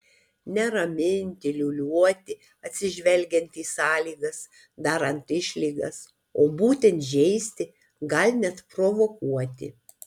ne raminti liūliuoti atsižvelgiant į sąlygas darant išlygas o būtent žeisti gal net provokuoti